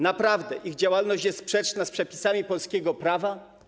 Naprawdę ich działalność jest sprzeczna z przepisami polskiego prawa?